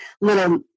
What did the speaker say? little